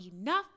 enough